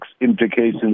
implications